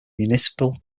municipal